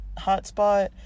hotspot